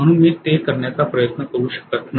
म्हणून मी ते करण्याचा प्रयत्न करू शकत नाही